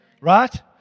right